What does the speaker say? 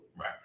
Right